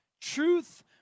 Truth